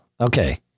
Okay